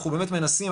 אנחנו באמת מנסים,